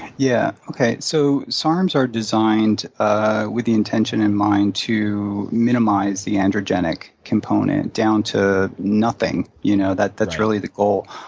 yeah, okay. so sarms are designed ah with the intention in mind to minimize the androgenic component down to nothing. you know that's really the goal.